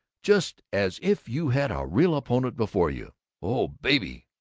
just as if you had a real opponent before you oh, baby,